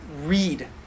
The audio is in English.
read